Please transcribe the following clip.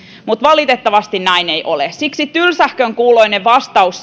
mutta valitettavasti näin ei ole siksi tylsähkön kuuloinen vastaus